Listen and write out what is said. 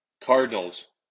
Cardinals